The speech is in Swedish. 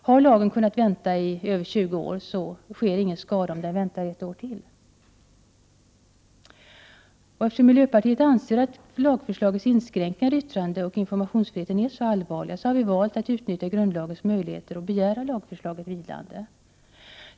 Har man kunnat vänta i över 20 år med lagen skadar det inte att vänta ett år till. informationsfriheten är så allvarlig, har vi valt att utnyttja grundlagens möjligheter att begära att lagförslaget blir vilande.